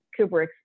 Kubrick